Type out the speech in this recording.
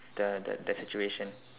the the that situation